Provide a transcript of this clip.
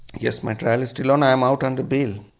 yes my trial is still on, i am out under bail.